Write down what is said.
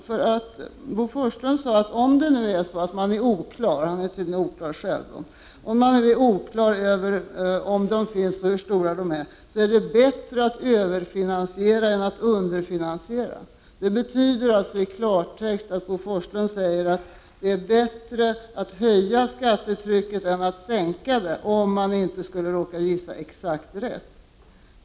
Bo Forslund sade att om det nu råder oklarhet — han är tydligen oklar själv — över om dessa effekter finns och hur stora de är, måste det vara bättre att överfinansiera än att underfinansiera. Det betyder i klartext att Bo Forslund säger att det är bättre att höja skattetrycket än att sänka det, om man inte skulle råka gissa exakt rätt.